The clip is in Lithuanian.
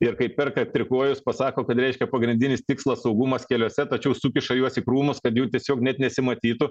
ir kaip perka trikojus pasako kad reiškia pagrindinis tikslas saugumas keliuose tačiau sukiša juos į krūmus kad jų tiesiog net nesimatytų